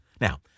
Now